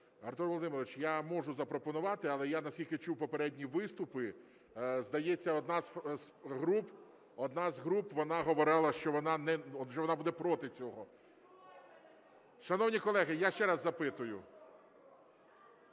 Артур Володимирович, я можу запропонувати. Але я, наскільки чув попередні виступи, здається, одна з груп, вона говорила, що вона… отже, вона буде проти цього. Шановні колеги, я ще раз запитую.